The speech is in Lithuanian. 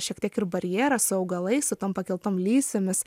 šiek tiek ir barjeras augalai su tom pakeltom lysvėmis